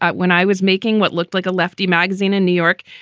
ah when i was making what looked like a lefty magazine in new york.